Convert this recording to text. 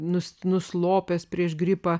nus nuslopęs prieš gripą